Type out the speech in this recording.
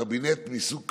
קבינט מסוג כזה,